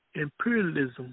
imperialism